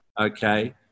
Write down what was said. okay